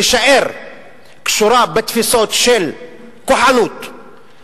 תישאר קשורה בתפיסות של כוחנות,